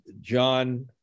John